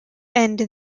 end